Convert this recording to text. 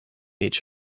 each